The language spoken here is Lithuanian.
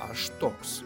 aš toks